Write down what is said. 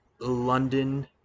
London